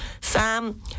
Sam